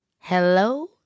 Hello